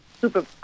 super